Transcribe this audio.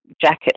jacket